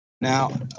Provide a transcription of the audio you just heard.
Now